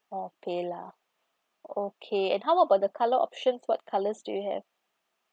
oh paylah okay and how about the colour option what colours do you have